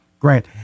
Grant